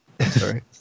Sorry